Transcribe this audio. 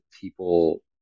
people